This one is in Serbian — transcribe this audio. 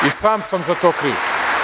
I sam sam za to kriv.